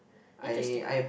interesting